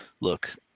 Look